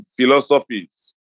philosophies